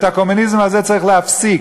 ואת הקומוניזם הזה צריך להפסיק.